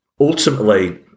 ultimately